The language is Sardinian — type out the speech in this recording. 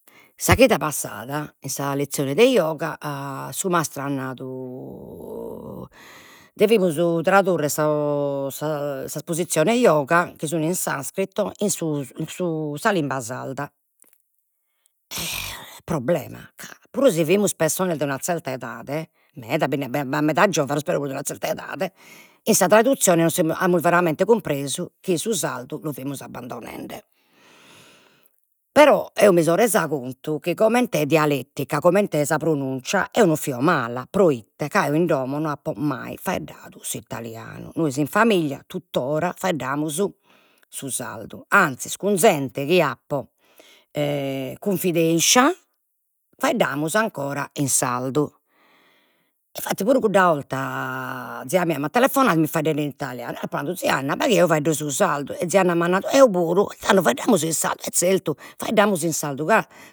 Sa chida passada, in sa lezione de yoga su mastru at nadu devimus tradurre sos sas posiziones yoga chi sun in sanscrito in su in su sa limba sarda, problema ca puru si fimus pessones de una zerta edade, meda bind'at b'at meda giovanos però 'e una zerta edade e sa traduzione non amus veramente cumpresu chi su sardu lu fimus abbandonende, però eo mi so resa contu chi comente dialettica, comente sa pronunzia, eo non fio mala, proite, ca eo in domo no apo mai faeddadu s'italianu, nois in familia tuttora faeddamus su sardu, anzis cun zente chi apo cunfidenzia faeddamus ancora in sardu, e infattis puru cudda 'olta zia mia m'at telefonadu e mi fit faeddende in italianu, l'apo nadu, l'apo nadu, zia Anna chi eo faeddo su sardu, e zia Anna m'at nadu, eo puru, e tando faeddamus in sardu, e zertu faeddamus in sardu ca